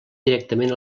directament